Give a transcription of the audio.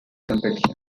competition